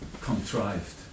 Contrived